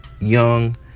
Young